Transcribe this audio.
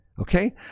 okay